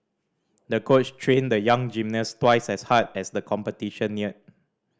the coach trained the young gymnast twice as hard as the competition neared